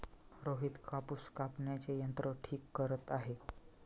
रोहित कापूस कापण्याचे यंत्र ठीक करत आहे